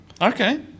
Okay